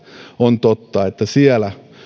on totta että siellä